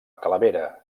calavera